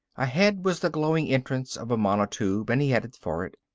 ahead was the glowing entrance of a monotube and he headed for it.